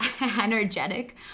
energetic